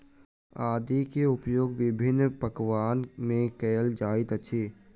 आदी के उपयोग विभिन्न पकवान में कएल जाइत अछि